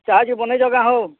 ଚାହା ଯେ ବନେଇଛ କାଏଁ ହୋ